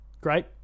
great